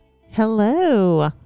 Hello